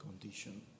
condition